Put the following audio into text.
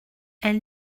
elle